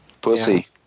Pussy